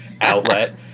outlet